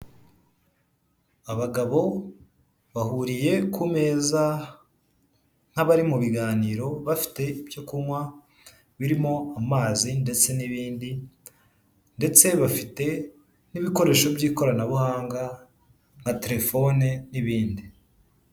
Abagabo bahuriye ku meza nk'abari mu biganiro, bafite ibyo kunywa birimo amazi ndetse n'ibindi; ndetse bafite n'ibikoresho by'ikoranabuhanga nka telefone n'ibindi.